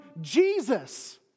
Jesus